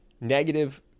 negative